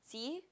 see